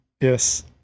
yes